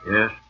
Yes